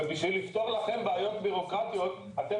ובשביל לפתור לכם בעיות בירוקרטיות אתם